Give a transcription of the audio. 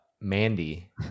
Mandy